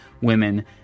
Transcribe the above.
women